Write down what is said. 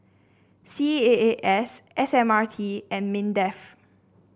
C A A S S M R T and Mindef